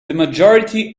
majority